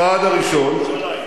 הצעד הראשון, עשית ולא הצלחת.